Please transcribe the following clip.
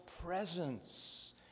presence